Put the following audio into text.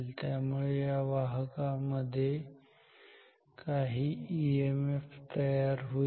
त्याच्यामुळे वाहका मध्ये काही ईएमएफ तयार होईल